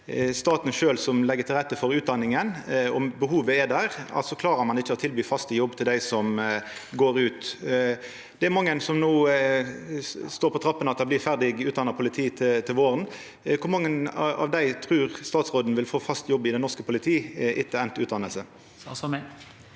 staten sjølv som legg til rette for utdanninga, og behovet er der, klarar ein ikkje å tilby fast jobb til dei som går ut. Det er mange som no står på trappene til å bli ferdig utdanna politi til våren. Kor mange av dei trur statsråden vil få fast jobb i det norske politi etter enda utdanning?